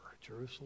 Jerusalem